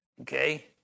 Okay